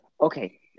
okay